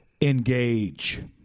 engage